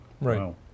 Right